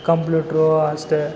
computer ಅಷ್ಟೇ